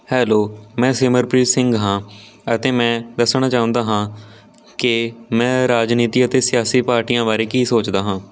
hello ਮੈਂ ਸਿਮਰਪ੍ਰੀਤ ਸਿੰਘ ਹਾਂ ਅਤੇ ਮੈਂ ਦੱਸਣਾ ਚਾਹੁੰਦਾ ਹਾਂ ਕਿ ਮੈਂ ਰਾਜਨੀਤੀ ਅਤੇ ਸਿਆਸੀ ਪਾਰਟੀਆਂ ਬਾਰੇ ਕੀ ਸੋਚਦਾ ਹਾਂ